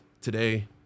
Today